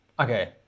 okay